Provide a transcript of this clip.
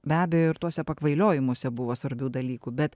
be abejo ir tuose pakvailiojimuose buvo svarbių dalykų bet